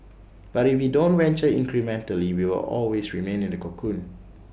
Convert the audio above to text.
but if we don't venture incrementally we will always remain in the cocoon